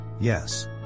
yes